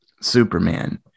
Superman